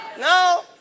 No